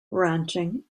ranching